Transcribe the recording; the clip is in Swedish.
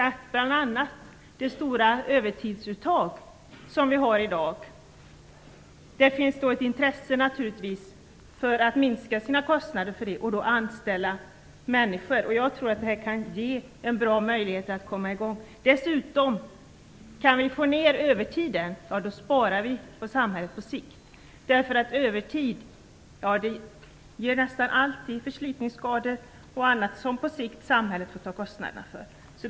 Det finns naturligtvis ett intresse bland företagen att minska kostnaderna för det stora övertidsuttag som vi har i dag och i stället nyanställa. Jag tror att det här kan ge bra möjligheter att komma i gång. Kan vi få ned övertiden sparar vi dessutom i samhället på sikt. Övertid ger förslitningsskador och annat som samhället får ta kostnaderna för på sikt.